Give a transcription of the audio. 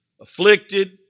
afflicted